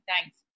Thanks